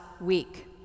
week